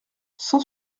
cent